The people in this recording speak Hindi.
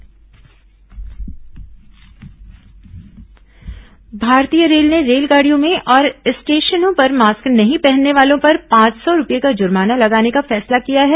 रेलवे मास्क जुर्माना भारतीय रेल ने रेलगाड़ियों में और स्टेशनों पर मास्क नहीं पहनने वालों पर पांच सौ रुपए का जुर्माना लगाने का फैसला किया है